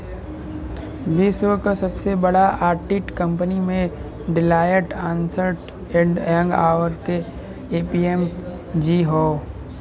विश्व क सबसे बड़ा ऑडिट कंपनी में डेलॉयट, अन्सर्ट एंड यंग, आउर के.पी.एम.जी हौ